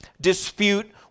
dispute